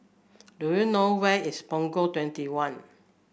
do you know where is Punggol Twenty one